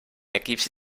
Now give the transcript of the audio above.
equips